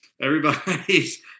everybody's